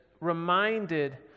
reminded